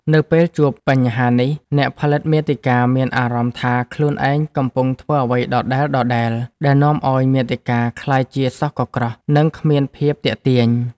នៅពេលជួបបញ្ហានេះ អ្នកផលិតមាតិកាមានអារម្មណ៍ថាខ្លួនឯងកំពុងធ្វើអ្វីដដែលៗ ដែលនាំឱ្យមាតិកាក្លាយជាសោះកក្រោះ និងគ្មានភាពទាក់ទាញ។